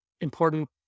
important